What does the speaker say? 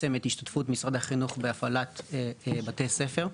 השתתפות משרד החינוך בהפעלת בתי ספר.